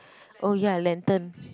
oh ya lantern